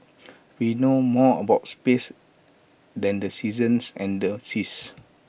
we know more about space than the seasons and the seas